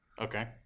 Okay